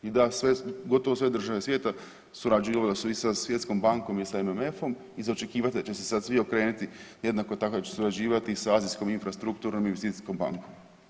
I da sve, gotovo sve države svijeta surađivale su i sa Svjetskom bankom i sa MMF-om i za očekivati je da će se sad svi okrenuti, jednako tako da će surađivati i sa Azijskom infrastrukturnom investicijskom bankom.